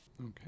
Okay